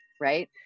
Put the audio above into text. Right